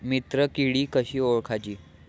मित्र किडी कशी ओळखाची?